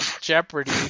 jeopardy